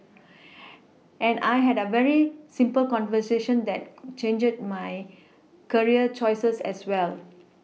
and I had a very simple conversation that changed my career choices as well